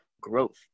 growth